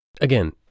Again